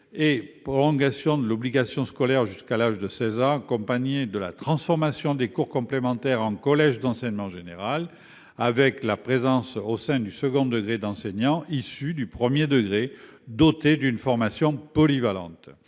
et prolongation de l'obligation scolaire jusqu'à l'âge de 16 ans ; transformation des cours complémentaires en collèges d'enseignement général ; présence au sein du second degré d'enseignants issus du premier degré et dotés d'une formation polyvalente.